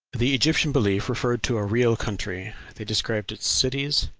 the egyptian belief referred to a real country they described its cities,